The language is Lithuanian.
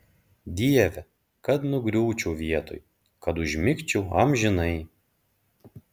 dieve kad nugriūčiau vietoj kad užmigčiau amžinai